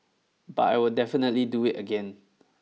but I would definitely do it again